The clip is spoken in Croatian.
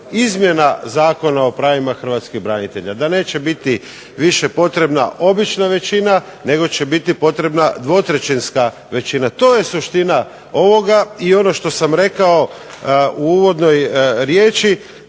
izmjena Zakona o pravima hrvatskih branitelja. Da neće biti više potrebna obična većina nego će biti potrebna dvotrećinska većina. To je suština ovoga. I ono što sam rekao u uvodnoj riječi,